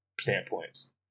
standpoints